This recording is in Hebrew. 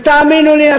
ותאמינו לי,